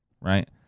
right